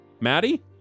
Maddie